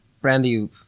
Brandy